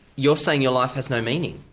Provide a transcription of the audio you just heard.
you're saying your life has no meaning,